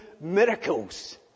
miracles